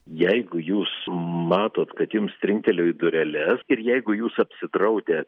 jeigu jūs matot kad jums trinktelėjo į dureles ir jeigu jūs apsidraudę